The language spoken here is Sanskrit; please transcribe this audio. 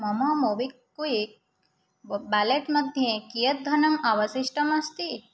मम मोब्क्विक् व बेलेट् मध्ये कियत् धनम् अवशिष्टमस्ति